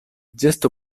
gesto